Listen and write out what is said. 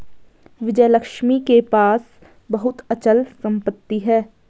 विजयलक्ष्मी के पास बहुत अचल संपत्ति है